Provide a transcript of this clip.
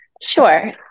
Sure